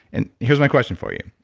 and here's my question for you,